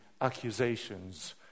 accusations